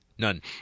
None